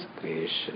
creation